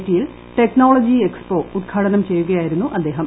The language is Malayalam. ടി യിൽ ടെക്നോളജി എക്സ്പോ ഉദ്ഘാടനം ചെയ്യുകയായിരുന്നു അദ്ദേഹം